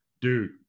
Dude